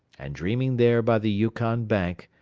and dreaming there by the yukon bank,